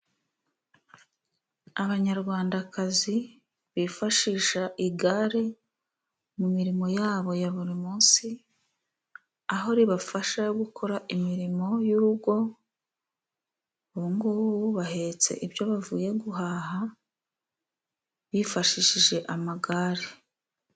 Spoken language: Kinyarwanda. Abanyarwandakazi bifashisha igare mu mirimo yabo ya buri munsi, aho ribafasha gukora imirimo y'urugo, ubungubu bahetse ibyo bavuye guhaha, bifashishije amagare.